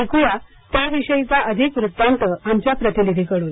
ऐक्या त्याविषयीचा अधिक वृत्तांत आमच्या प्रतिनिधीकडून